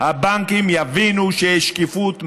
הבנקים יבינו שיש שקיפות מלאה.